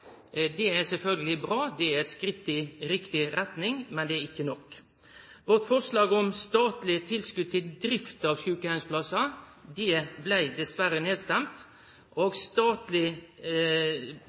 Det er sjølvsagt bra, det er eit skritt i riktig retning, men det er ikkje nok. Forslaget vårt om statlege tilskot til drift av sjukeheimsplassar blei dessverre nedstemt.